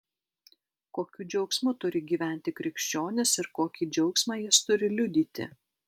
kokiu džiaugsmu turi gyventi krikščionis ir kokį džiaugsmą jis turi liudyti